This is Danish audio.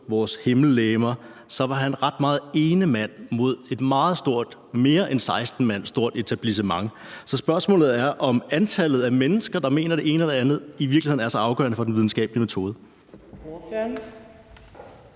vores himmellegemer, var han ret meget ene mand mod et meget stort – mere end 16 mand stort – etablissement. Så spørgsmålet er, om antallet af mennesker, der mener det ene eller det andet, i virkeligheden er så afgørende for den videnskabelige metode.